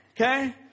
okay